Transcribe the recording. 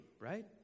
right